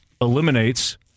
eliminates